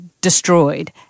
destroyed